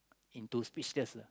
into speechless lah